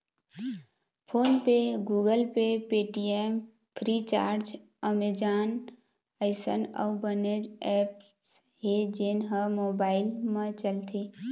phone पे, Google Pay, Paytm, Freecharge, Amazon अइसन अउ बनेच ऐप्स हे जेन ह मोबाईल म चलथे